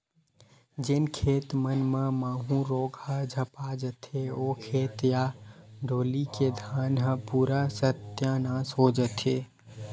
जेन खेत मन म माहूँ रोग ह झपा जथे, ओ खेत या डोली के धान ह पूरा सत्यानास हो जथे